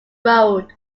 road